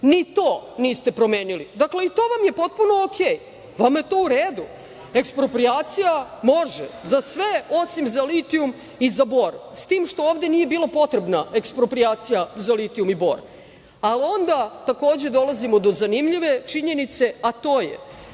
Ni to niste promenili. Dakle, i to vam je potpuno u redu. Eksproprijacija može za sve, osim za litijum i bor, s tim što ovde nije bila potrebna eksproprijacija za litijum i bor. Ali, onda takođe dolazimo do zanimljive činjenice, a to je